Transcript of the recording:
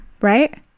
right